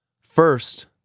First